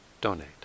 donate